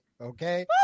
okay